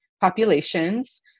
populations